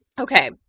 Okay